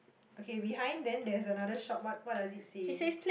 okay behind then there's another shop what what does it say